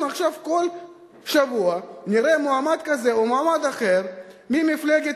אנחנו עכשיו כל שבוע נראה מועמד כזה או מועמד אחר ממפלגת